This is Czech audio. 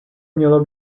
mělo